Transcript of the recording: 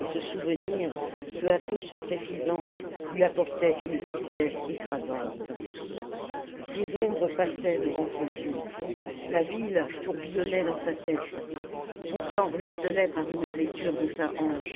et ce souvenir peu à peu se précisant lui apportait une tristesse écrasante des ombres passaient devant ses yeux la ville tourbillonnait dans sa tête son sang ruisselait par une blessure de sa hanche